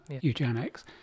eugenics